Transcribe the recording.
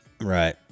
Right